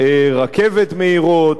רכבות מהירות,